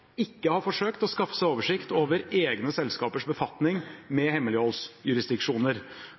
ikke har forsøkt å skaffe seg oversikt over egne selskapers befatning med hemmeligholdsjurisdiksjoner.